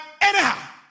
anyhow